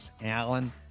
Alan